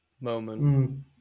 moment